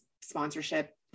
sponsorship